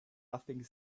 nothing